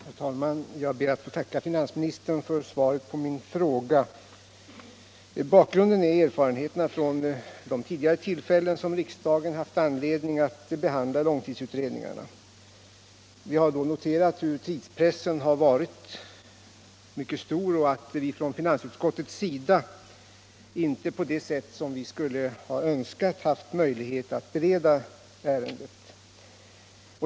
Herr talman! Jag ber att få tacka finansministern för svaret på min fråga. Bakgrunden till denna är erfarenheterna från de tidigare tillfällen då riksdagen haft anledning att behandla långtidsutredningarna. Vi har då noterat att tidspressen har varit mycket stor och att vi inom finansutskottet inte på det sätt som vi skulle ha önskat haft möjlighet att bereda ärendet.